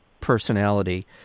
personality